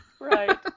Right